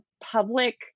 public